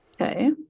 Okay